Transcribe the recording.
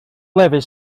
lefydd